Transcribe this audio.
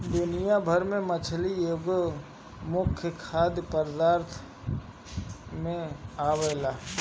दुनिया भर में मछरी एगो मुख्य खाद्य पदार्थ में आवेला